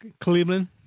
Cleveland